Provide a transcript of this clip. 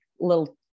little